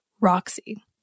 Roxy